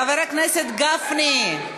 חבר הכנסת גפני.